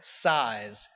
size